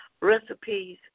recipes